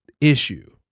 issue